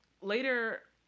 later